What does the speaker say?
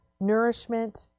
nourishment